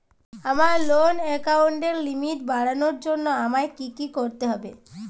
আমার লোন অ্যাকাউন্টের লিমিট বাড়ানোর জন্য আমায় কী কী করতে হবে?